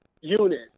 unit